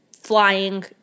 flying